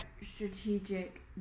strategic